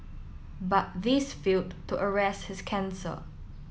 but these failed to arrest his cancer